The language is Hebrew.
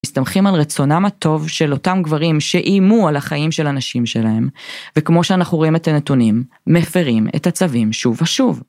מסתמכים על רצונם הטוב של אותם גברים שאיימו על החיים של הנשים שלהם, וכמו שאנחנו רואים את הנתונים, מפרים את הצווים שוב ושוב.